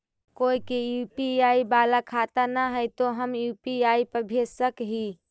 कोय के यु.पी.आई बाला खाता न है तो हम यु.पी.आई पर भेज सक ही?